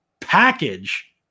package